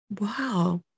Wow